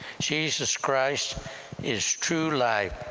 jesus christ is true life,